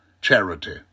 charity